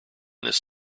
this